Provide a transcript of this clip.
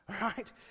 right